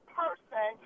person